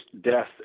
death